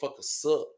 suck